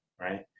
right